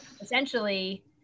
essentially